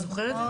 אתה זוכר את זה?